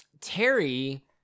Terry